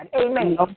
Amen